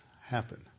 happen